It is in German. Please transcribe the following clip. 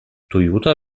toyota